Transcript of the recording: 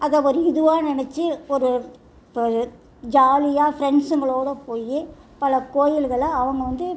அதை ஒரு இதுவாக நினச்சி ஒரு இப்போ ஜாலியாக ஃப்ரெண்ட்ஸ்ஸுங்களோட போய் பல கோயில்களை அவங்க வந்து